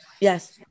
Yes